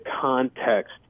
context